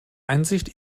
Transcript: einsicht